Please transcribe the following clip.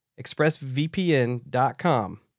expressvpn.com